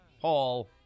Paul